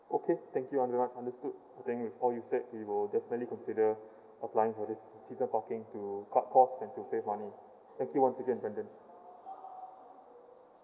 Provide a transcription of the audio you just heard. okay thank you very much understood then with all you said we will definitely consider applying for this season parking to cut cost and to save money thank you once again brandon